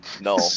No